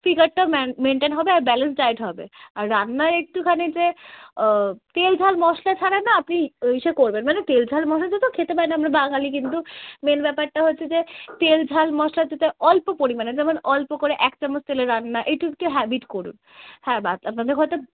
ফিগারটা man maintain হবে আর balance diet হবে আর রান্নায় একটুখানি যে তেল ঝাল মশলা ছাড়া না আপনি ইসে করবেন মানে তেল ঝাল মশলাটা তো খেতে পারেন আমরা বাঙালি কিন্তু মেইন ব্যাপারটা হচ্ছে যে তেল ঝাল মশলা যাতে অল্প পরিমাণে যেমন অল্প করে এক চামচ তেলে রান্না এইটা একটু হ্যাবিট করুন হ্যাঁ বাদ আপনাদের হয়তো